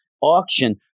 Auction